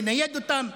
לנייד אותם.